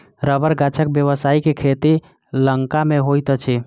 रबड़ गाछक व्यवसायिक खेती लंका मे होइत अछि